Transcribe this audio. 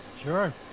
Sure